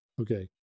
okay